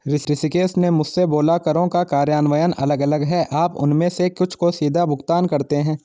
ऋषिकेश ने मुझसे बोला करों का कार्यान्वयन अलग अलग है आप उनमें से कुछ को सीधे भुगतान करते हैं